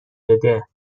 بده